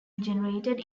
generated